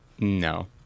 No